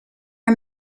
are